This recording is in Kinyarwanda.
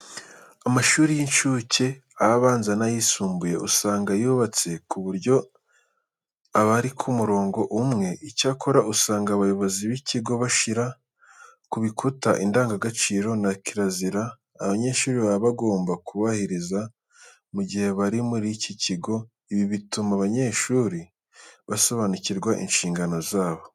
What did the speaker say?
Amashuri y'inshuke, abanza n'ayisumbuye usanga aba yubatse ku buryo aba ari ku murongo umwe. Icyakora, usanga abayobozi b'ikigo bashyira ku bikuta indangagaciro na kirazira abanyeshuri baba bagomba kubahiriza mu gihe bari muri iki kigo. Ibi bituma abanyeshuri basobanukirwa inshingano zabo.